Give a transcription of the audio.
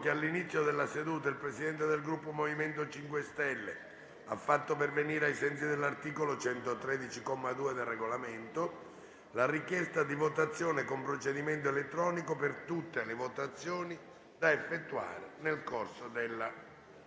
che all'inizio della seduta il Presidente del Gruppo MoVimento 5 Stelle ha fatto pervenire, ai sensi dell'articolo 113, comma 2, del Regolamento, la richiesta di votazione con procedimento elettronico per tutte le votazioni da effettuare nel corso della